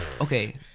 Okay